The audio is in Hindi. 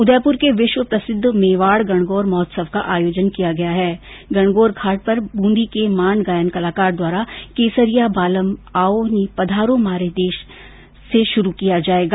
उदयप्र के विश्व प्रसिद्ध मेवाड़ गणगौर महोत्सव का आयोजन आज गणगौर घाट पर ब्रंदी के मांड गायन कलाकार द्वारा केसरिया बालम आओ नी पधारो म्हारे देश शुरू किया जायेगा